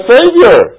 Savior